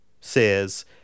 says